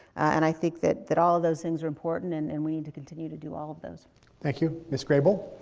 and i think that that all of those things are important and and we need to continue to do all those. thank you. miss grey bull.